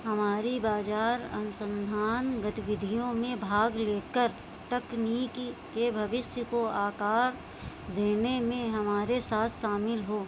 हमारी बाज़ार अनुसंधान गतिविधियों में भाग लेकर तकनीकी के भविष्य को आकार देने में हमारे साथ शामिल हो